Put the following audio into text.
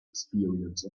experience